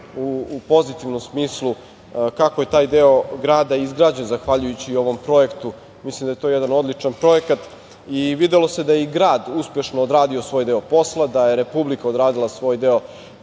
u pozitivnom smislu, kako je taj deo grada izgrađen zahvaljujući ovom projektu. Mislim da je to jedan odličan projekat. Videlo se da je i grad uspešno odradio svoj deo posla, da je Republika odradila svoj deo